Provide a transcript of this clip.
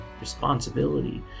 responsibility